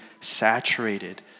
saturated